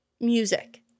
Music